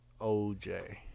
OJ